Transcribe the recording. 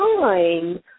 time